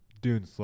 Dune